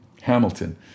Hamilton